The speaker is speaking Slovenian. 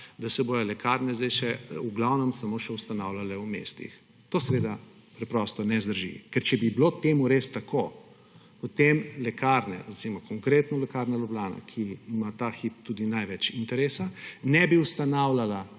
da se bodo lekarne zdaj v glavnem samo še ustanavljale v mestih. To seveda preprosto ne zdrži, ker če bi bilo temu res tako, potem lekarne, recimo konkretno Lekarna Ljubljana, ki ima ta hip tudi največ interesa, ne bi ustanavljala